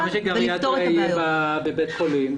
למה שגריאטריה יהיה בבית חולים?